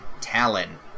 Talon